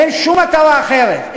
אין שום מטרה אחרת.